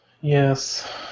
Yes